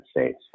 States